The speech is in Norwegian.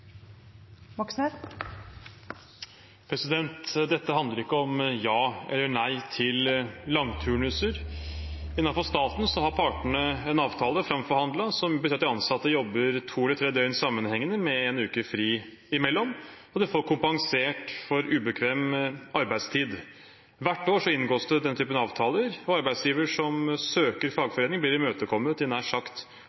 Dette handler ikke om ja eller nei til langturnuser. Innenfor staten har partene framforhandlet en avtale som betyr at de ansatte jobber to eller tre døgn sammenhengende, med en uke fri imellom, og de får kompensert for ubekvem arbeidstid. Hvert år inngås den typen avtaler, og arbeidsgivere som søker